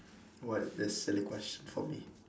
what this silly question for me